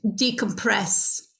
decompress